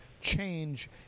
change